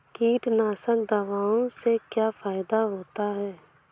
कीटनाशक दवाओं से क्या फायदा होता है?